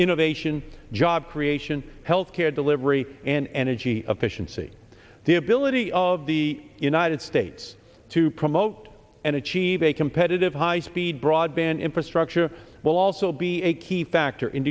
innovation job creation health care delivery and energy efficiency the ability of the united states to promote and achieve a competitive high speed broadband infrastructure will also be a key factor in